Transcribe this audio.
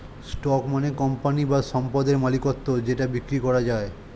stock মানে company বা সম্পদের মালিকত্ব যেটা বিক্রি করা যায়